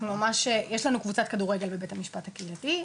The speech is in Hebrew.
יש לנו קבוצת כדורגל בבית המשפט הקהילתי,